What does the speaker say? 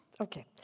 Okay